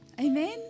Amen